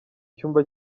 cyumba